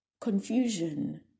confusion